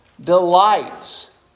delights